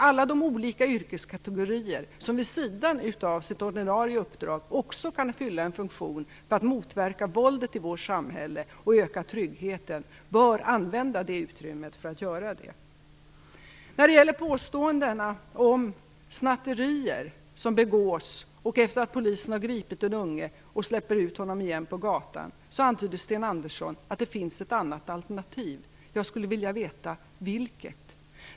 Alla de olika yrkeskategorier som vid sidan av sitt ordinarie uppdrag kan fylla en funktion för att motverka våldet i vårt samhälle och öka tryggheten bör använda det utrymmet för att göra detta. I samband med påståenden om snatterier som begås, där Polisen efter att ha gripit den unge släpper ut honom eller henne på gatan igen, antyder Sten Andersson att det finns ett annat alternativ. Jag skulle vilja veta vilket.